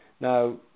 Now